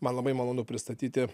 man labai malonu pristatyti